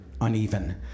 uneven